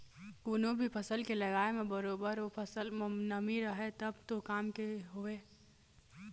कोनो भी फसल के लगाय म बरोबर ओ फसल म नमी रहय तब तो काम के हवय